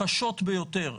קשות ביותר,